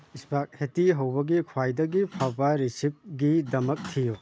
spaghetti ꯍꯧꯕꯒꯤ ꯈ꯭ꯋꯥꯏꯗꯒꯤ ꯐꯕ ꯔꯦꯁꯤꯞꯒꯤꯗꯃꯛ ꯊꯤꯌꯨ